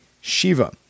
Shiva